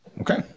Okay